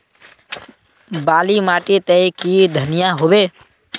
बाली माटी तई की धनिया होबे?